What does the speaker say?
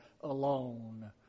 alone